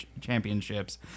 championships